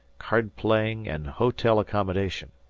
card-playing, and hotel accommodation.